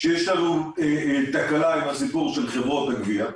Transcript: שיש לנו תקלה עם הסיפור של חברות הגבייה,